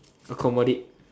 accommodate